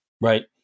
Right